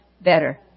better